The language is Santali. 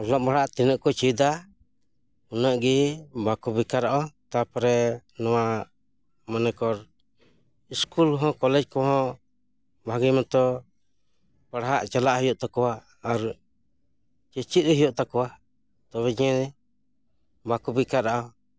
ᱚᱞᱚᱜ ᱯᱟᱲᱦᱟᱜ ᱛᱤᱱᱟᱹᱜ ᱠᱚ ᱪᱮᱫᱟ ᱩᱱᱟᱹᱜ ᱜᱮ ᱵᱟᱠᱚ ᱵᱮᱠᱟᱨᱚᱜᱼᱟ ᱛᱟᱯᱚᱨᱮ ᱱᱚᱣᱟ ᱢᱚᱱᱮ ᱠᱚᱨ ᱤᱥᱠᱩᱞ ᱦᱚᱸ ᱠᱚᱞᱮᱡᱽ ᱠᱚᱦᱚᱸ ᱵᱷᱟᱜᱮ ᱢᱚᱛᱚ ᱯᱟᱲᱦᱟᱜ ᱪᱟᱞᱟᱜ ᱦᱩᱭᱩᱜ ᱛᱟᱠᱚᱣᱟ ᱟᱨ ᱪᱮᱪᱮᱫ ᱦᱩᱭᱩᱜ ᱛᱟᱠᱚᱣᱟ ᱛᱚᱵᱮ ᱡᱮ ᱵᱟᱠᱚ ᱵᱮᱠᱟᱨᱚᱜᱼᱟ